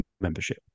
membership